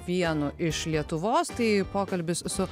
vienu iš lietuvos tai pokalbis su